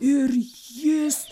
ir jis